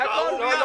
זה הכול.